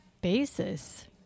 basis